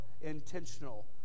intentional